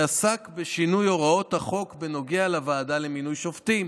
ועסק בשינוי הוראות החוק בנוגע לוועדה למינוי שופטים.